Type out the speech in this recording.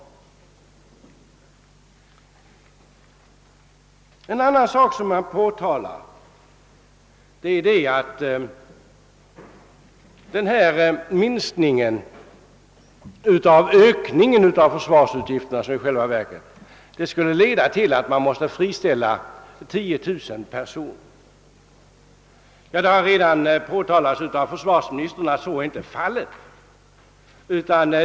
Något annat som bör bemötas är de borgerligas påstående att denna minskning av försvarsutgifternas ökning skulle leda till ett friställande av 10 000 personer. Försvarsministern har redan påpekat att det inte blir någon sådan friställning.